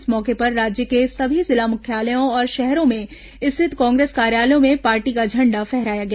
इस मौके पर राज्य के सभी जिला मुख्यालयों और शहरों में स्थित कांग्रेस कार्यालयों में पार्टी का झंडा फहरा गया